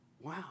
Wow